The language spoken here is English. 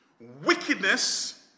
wickedness